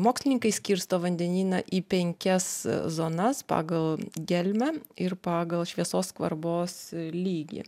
mokslininkai skirsto vandenyną į penkias zonas pagal gelmę ir pagal šviesos skvarbos lygį